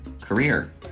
career